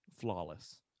flawless